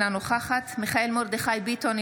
אינה נוכחת מיכאל מרדכי ביטון,